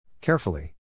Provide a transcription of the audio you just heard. Carefully